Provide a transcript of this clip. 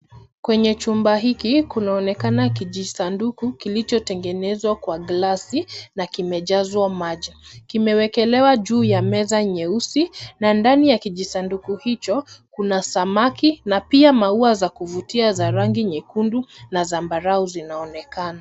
Kwenye chumba hiki kunaonekana kijisanduku kilichotengenezwa kwa glasi na kimejazwa maji. Kimewekelewa juu ya meza nyeusi na ndani ya kijisanduku hicho kuna samaki na pia maua za kuvutia za rangi nyekundu na zambarau zinaonekana.